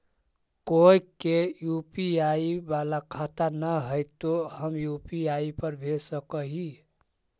कोय के यु.पी.आई बाला खाता न है तो हम यु.पी.आई पर भेज सक ही?